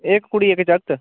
इक कुड़ी इक जाकत